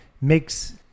makes